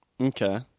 Okay